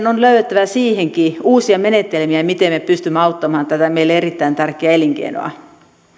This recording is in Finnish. on löydettävä siihenkin uusia menetelmiä miten me pystymme auttamaan tätä meille erittäin tärkeää elinkeinoa